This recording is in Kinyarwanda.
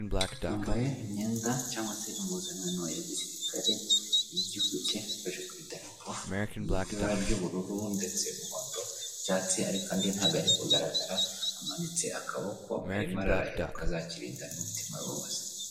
Yambaye imyenda cyangwa se impuzankano ya gisirikare y'igihugu cye afashe ku idarapo, ibara ry'ubururu ndetse umuhondo, icyatsi ariko andi ntabwo ari kugaragara amanitse akaboko arimo ararahira kazakirndai n'umutima we wose.